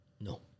No